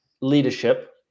leadership